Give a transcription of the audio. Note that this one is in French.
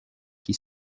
qui